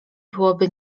byłoby